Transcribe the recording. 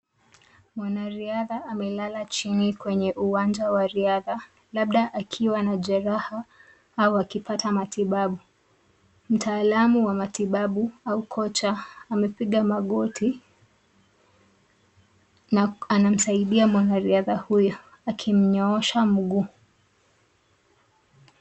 Mwanariadha amelala chini kwenye uwanja wa riadha labda akiwa na jeraha au akipata matibabu mtaalamu wa matibabu au kocha amepiga magoti na anamsaidia mwanariadha huyu akimnyoosha mguu.